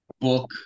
book